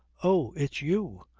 oh, it's you!